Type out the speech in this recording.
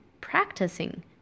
practicing